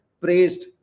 praised